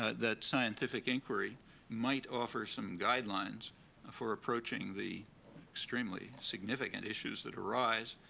ah that scientific inquiry might offer some guidelines for approaching the extremely significant issues that arise,